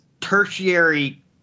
tertiary